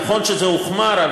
נכון שזה הוחמר,